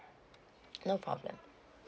no problem